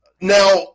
Now